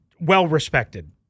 well-respected